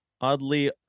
oddly